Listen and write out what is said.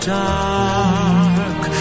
dark